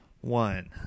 one